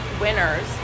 winners